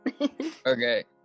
Okay